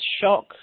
shock